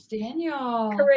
Daniel